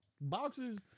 boxers